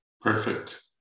Perfect